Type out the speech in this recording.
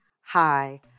Hi